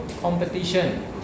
competition